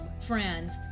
friends